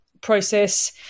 process